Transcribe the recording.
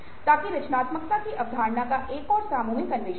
ताकि रचनात्मकता की अवधारणा का एक और सामूहिक अन्वेषण हो